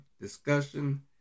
discussion